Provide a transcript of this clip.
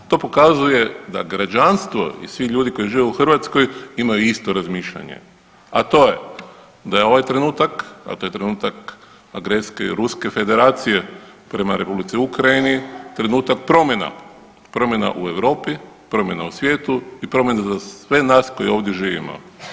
To pokazuje da građanstvo i svi ljudi koji žive u Hrvatskoj imaju isto razmišljanje, a to je da je ovaj trenutak, a to je trenutak agresije Ruske federacije prema Republici Ukrajini trenutak promjena, promjena u Europi, promjena u svijetu i promjena za sve nas koji ovdje živimo.